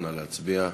נא להצביע.